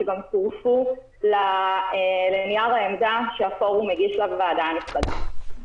שגם צורפו לנייר העמדה שהפורום הגיש לוועדה הנכבדה,